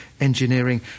Engineering